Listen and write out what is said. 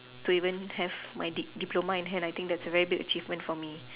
to even have my di~ diploma in hair lighting that's a very big achievement for me